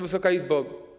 Wysoka Izbo!